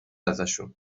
ازشون